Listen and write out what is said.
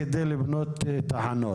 כדי לבנות תחנות.